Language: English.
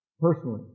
personally